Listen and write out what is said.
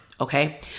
Okay